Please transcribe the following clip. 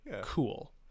cool